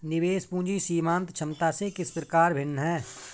निवेश पूंजी सीमांत क्षमता से किस प्रकार भिन्न है?